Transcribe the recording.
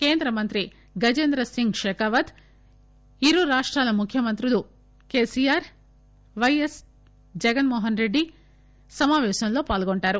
కేంద్ర మంత్రి గజేంద్రసింగ్ షెకావత్ ఇరు రాష్టాల ముఖ్యమంత్రులు కేసీఆర్ పైఎస్ జగన్మోహన్ రెడ్లి ఈ సమాపేశంలో పాల్గొంటారు